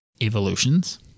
Evolution's